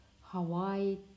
Hawaii